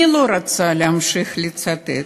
אני לא רוצה להמשיך לצטט,